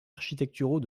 architecturaux